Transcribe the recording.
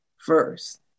First